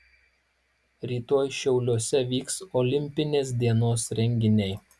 rytoj šiauliuose vyks olimpinės dienos renginiai